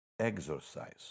exercise